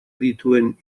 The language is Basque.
dituen